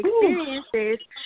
experiences